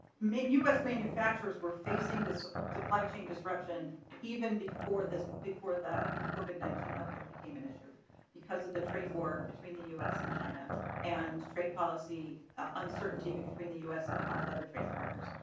mitt us manufacturers were facing just the fighting disruption even before this before that oh good nineteen oprah became an issue because of the trade war between the us and china and trade policy uncertainty between the us and a lot of other trading partners.